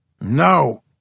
No